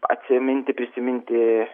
atsiminti prisiminti